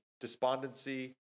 despondency